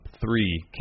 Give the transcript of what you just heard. Three